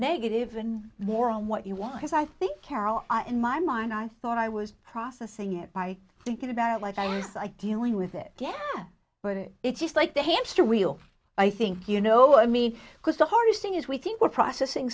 negative and more on what you want is i think carol in my mind i thought i was processing it by thinking about it like i was i dealing with it yeah but it's just like the hamster wheel i think you know i mean the hardest thing is we think we're processing